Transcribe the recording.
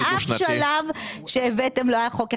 באף שלב שהבאתם לא היה חוק אחד,